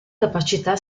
capacità